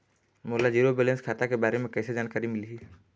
मोला zero balance खाता के बारे म कैसे जानकारी मिलही?